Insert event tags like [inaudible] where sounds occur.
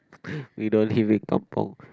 [breath] we don't live in kampung